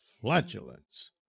flatulence